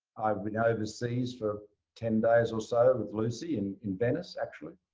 i'd been overseas for ten days or so with lucy, in in venice, actually.